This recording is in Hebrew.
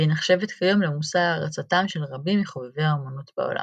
והיא נחשבת כיום למושא הערצתם של רבים מחובבי האמנות בעולם.